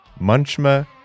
Munchma